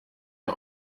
der